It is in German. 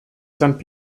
sankt